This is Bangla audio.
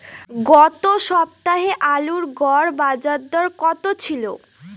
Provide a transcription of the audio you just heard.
গত সপ্তাহে আলুর গড় বাজারদর কত ছিল?